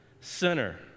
sinner